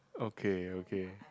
okay okay